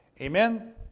Amen